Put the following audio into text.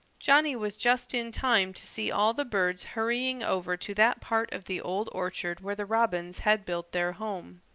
johnny was just in time to see all the birds hurrying over to that part of the old orchard where the robins had built their home.